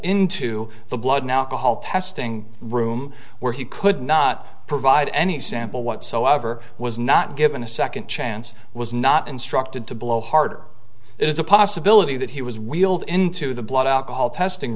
into the blood now to help testing room where he could not provide any sample whatsoever was not given a second chance was not instructed to blow harder is a possibility that he was wheeled into the blood alcohol testing